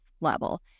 level